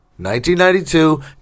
1992